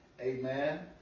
Amen